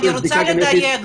אני רוצה לדייק,